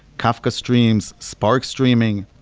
kafka streams, spark streaming.